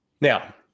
Now